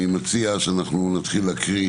אני מציע שנתחיל להקריא